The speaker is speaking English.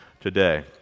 today